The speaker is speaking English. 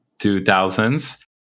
2000s